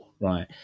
right